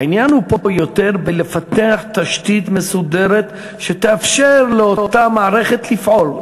העניין הוא פה יותר בפיתוח תשתית מסודרת שתאפשר לאותה מערכת לפעול.